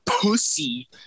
pussy